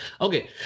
Okay